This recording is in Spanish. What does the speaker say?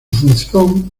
función